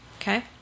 Okay